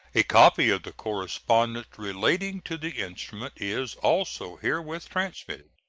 a copy of the correspondence relating to the instrument is also herewith transmitted.